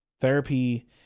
Therapy